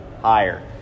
higher